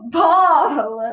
ball